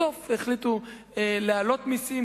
בסוף החליטו להעלות מסים,